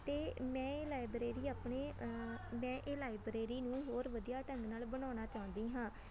ਅਤੇ ਮੈਂ ਇਹ ਲਾਇਬ੍ਰੇਰੀ ਆਪਣੇ ਮੈਂ ਇਹ ਲਾਇਬ੍ਰੇਰੀ ਨੂੰ ਹੋਰ ਵਧੀਆ ਢੰਗ ਨਾਲ ਬਣਾਉਣਾ ਚਾਹੁੰਦੀ ਹਾਂ